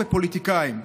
בפוליטיקאים.